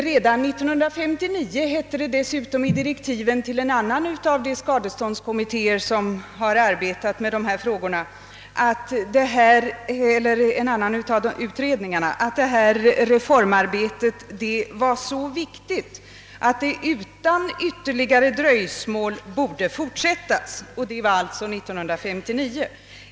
Redan 1959 sades för övrigt i direktiven till en annan skadeståndsutredning, som arbetade med dessa frågor, att reformarbetet var så viktigt att det borde fortsätta utan ytterligare dröjsmål.